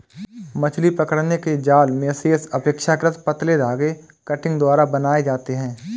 मछली पकड़ने के जाल मेशेस अपेक्षाकृत पतले धागे कंटिंग द्वारा बनाये जाते है